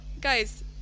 guys